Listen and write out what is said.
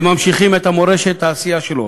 הם ממשיכים את מורשת העשייה שלו,